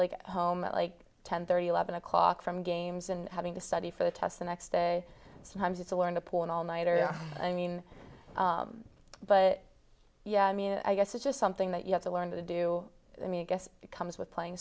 home at like ten thirty eleven o'clock from games and having to study for the test the next day and sometimes it's a learn to pull an all nighter i mean but yeah i mean i guess it's just something that you have to learn to do i mean i guess it comes with playing